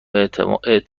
اعتقاد